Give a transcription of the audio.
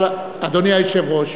אדוני היושב-ראש,